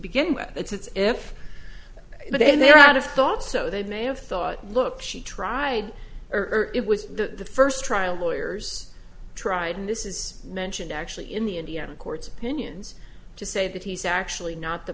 begin with it's if they are out of thought so they may have thought look she tried earlier it was the first trial lawyers tried and this is mentioned actually in the indiana courts opinions to say that he's actually not the